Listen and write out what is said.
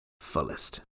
fullest